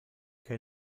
que